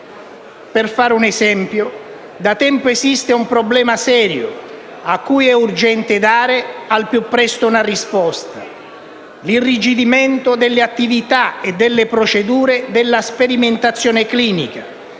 Per fare un esempio, da tempo esiste un problema serio, cui è urgente dare al più presto una risposta. Si tratta dell'irrigidimento delle attività e delle procedure della sperimentazione clinica,